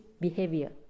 behavior